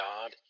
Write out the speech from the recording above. God